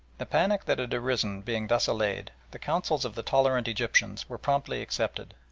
the panic that had arisen being thus allayed the counsels of the tolerant egyptians were promptly accepted,